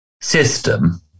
system